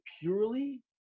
purely